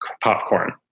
popcorn